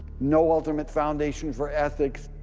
no ultimate foundation for ethics,